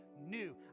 new